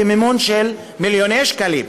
במימון של מיליוני שקלים.